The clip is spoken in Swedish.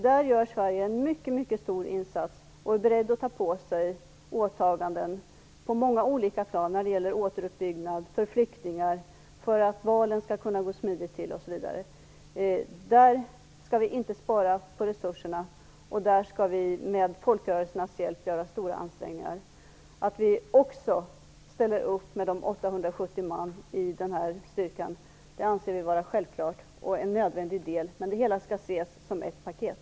Där gör Sverige en mycket stor insats och är berett att ta på sig åtaganden på många olika plan när det gäller återuppbyggnad, flyktingar, att valen skall kunna gå smidigt till osv. Där skall vi inte spara på resurserna. Vi skall med folkrörelsernas hjälp göra stora ansträngningar. Att vi också ställer upp med 870 man i denna styrka anser vi vara självklart och en nödvändig del, men det hela skall ses som ett paket.